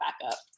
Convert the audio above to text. backup